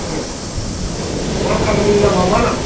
ओ वार्कार नि नामआ मा नाम